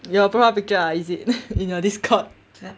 your profile picture ah is it in your discord